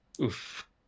Oof